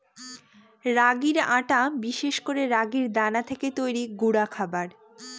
রাগির আটা বিশেষ করে রাগির দানা থেকে তৈরি গুঁডা খাবার